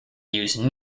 use